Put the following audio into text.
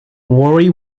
warri